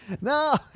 No